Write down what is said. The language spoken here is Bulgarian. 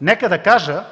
Нека да кажа,